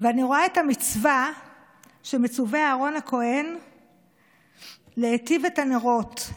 ואני רואה את המצווה שמצווה אהרן הכוהן להיטיב את הנרות,